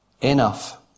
Enough